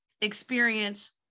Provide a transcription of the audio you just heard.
experience